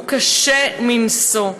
הוא קשה מנשוא,